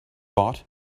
bought